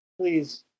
please